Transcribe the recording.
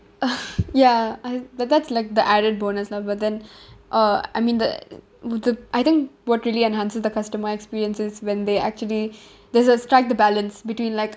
ya uh that that's like the added bonus lah but then uh I mean the the I think what really enhances the customer experience is when they actually there's a strike the balance between like